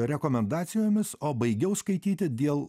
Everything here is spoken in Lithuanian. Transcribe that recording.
rekomendacijomis o baigiau skaityti dėl